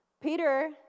Peter